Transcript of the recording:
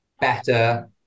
better